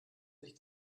sich